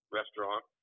restaurant